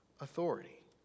authority